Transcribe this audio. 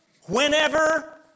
whenever